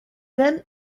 then